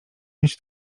mieć